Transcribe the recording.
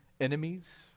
enemies